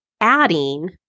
adding